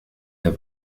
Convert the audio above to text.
der